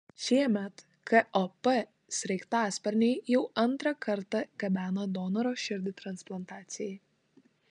šiemet kop sraigtasparniai jau antrą kartą gabeno donoro širdį transplantacijai